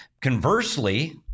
Conversely